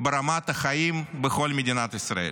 ברמת החיים בכל מדינת ישראל.